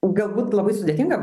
galbūt labai sudėtinga